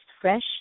fresh